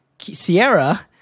Sierra